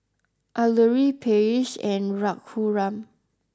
Alluri Peyush and Raghuram